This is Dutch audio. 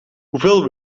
hoeveel